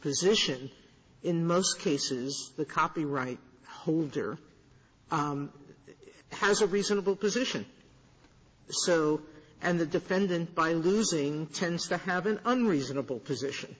position in most cases the copyright holder has a reasonable position so and the defendant by losing tends to have an unreasonable position